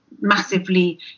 massively